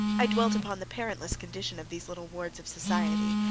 i dwelt upon the parentless condition of these little wards of society.